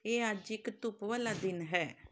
ਇਹ ਅੱਜ ਇੱਕ ਧੁੱਪ ਵਾਲਾ ਦਿਨ ਹੈ